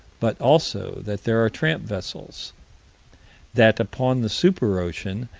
but also that there are tramp vessels that, upon the super-ocean,